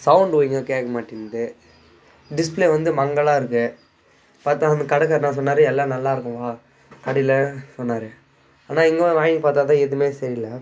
sound ஒழுங்கா கேட்க மாட்டேன்து டிஸ்பிளே வந்து மங்கலாக இருக்குது பார்த்தா வந்து கடைக்காரரு என்ன சொன்னார் எல்லாம் நல்லாயிருக்கும் கடையில் சொன்னார் ஆனால் இங்கே வந்து வாங்கி பார்த்தா தான் எதுவுமே சரி இல்லை